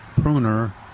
pruner